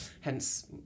hence